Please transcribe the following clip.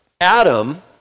Adam